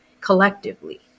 collectively